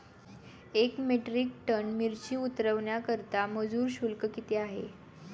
एक metric ton मिरची उतरवण्याकरता मजुर शुल्क किती आहे?